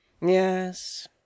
Yes